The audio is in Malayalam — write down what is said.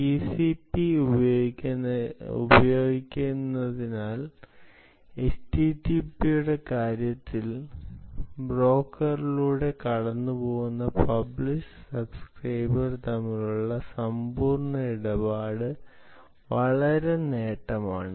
ടിസിപി ഉപയോഗിക്കുന്നതിനാൽ https കാര്യത്തിൽ ബ്രോക്കറിലൂടെ കടന്നുപോകുന്ന പബ്ലിഷ് സബ്സ്ക്രൈബേർ തമ്മിലുള്ള സമ്പൂർണ്ണ ഇടപാട് വലിയ നേട്ടമാണ്